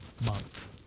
month